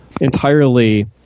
entirely